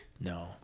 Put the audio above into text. No